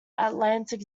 atlantic